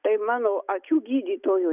tai mano akių gydytojo